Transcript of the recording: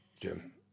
Jim